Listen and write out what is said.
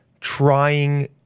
Trying